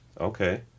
Okay